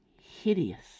hideous